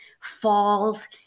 falls